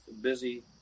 busy